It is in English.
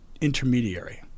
intermediary